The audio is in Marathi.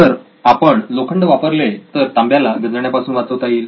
जर आपण लोखंड वापरले तर तांब्याला गंजण्यापासून वाचवता येईल